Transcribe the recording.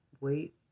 wait